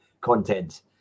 content